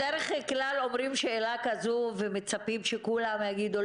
לכן כל ההשוואה לכל המשק היא פשוט לא הגיונית,